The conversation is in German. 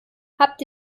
habt